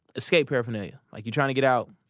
escape paraphernalia, like, you tryna get out.